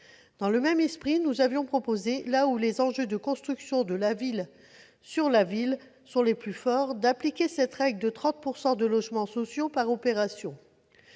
Dans le même esprit, nous avions proposé, là où les enjeux de construction de « la ville sur la ville » sont les plus forts, d'appliquer cette règle de 30 % de logements sociaux par opération